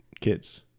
kids